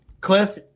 Cliff